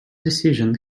decision